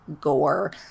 gore